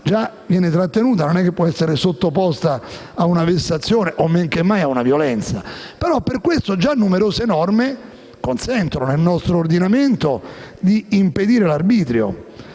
già viene trattenuta e non può essere sottoposta a una vessazione, meno che mai a una violenza. Per questo già numerose norme consentono nel nostro ordinamento d'impedire l'arbitrio